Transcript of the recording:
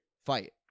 fight